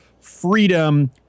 freedom